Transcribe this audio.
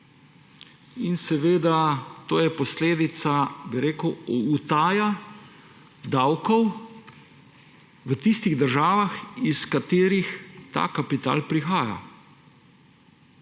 In to je posledica, utaja davkov v tistih državah, iz katerih ta kapital prihaja.